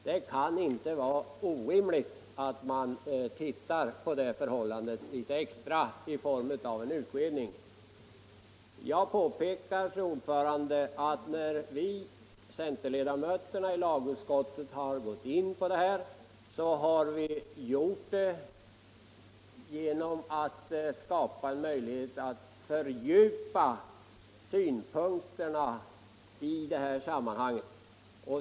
Det kan inte vara orimligt att se på den saken litet närmare i en utredning. Jag vill påpeka att när vi centerledamöter i lagutskottet har gått in för detta har vi gjort det för att skapa en möjlighet att så att säga fördjupa synpunkterna i detta sammanhang.